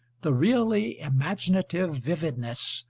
the really imaginative vividness,